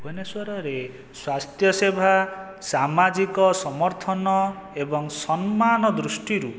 ଭୁବନେଶ୍ୱରରେ ସ୍ଵାସ୍ଥ୍ୟ ସେବା ସାମାଜିକ ସମର୍ଥନ ଏବଂ ସମ୍ମାନ ଦୃଷ୍ଟିରୁ